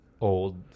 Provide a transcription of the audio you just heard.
old